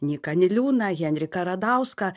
nyką niliūną henriką radauską